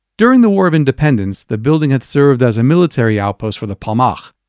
during the war of independence, the building had served as a military outpost for the palmach,